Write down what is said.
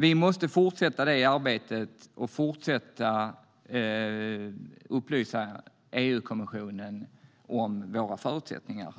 Vi måste fortsätta detta arbete och fortsätta att upplysa EU-kommissionen om våra förutsättningar.